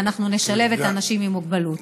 ואנחנו נשלב את האנשים עם המוגבלות.